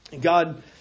God